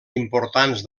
importants